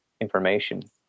information